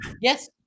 Yes